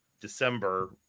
December